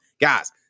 Guys